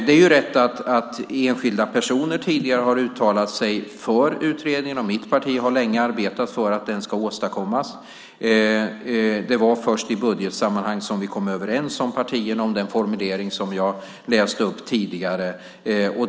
Det är rätt att enskilda personer tidigare har uttalat sig för utredningen. Mitt parti har länge arbetat för att den ska åstadkommas. Det var först i budgetsammanhang som partierna kom överens om den formulering som jag läste upp tidigare.